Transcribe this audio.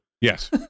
yes